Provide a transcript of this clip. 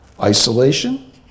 isolation